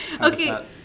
okay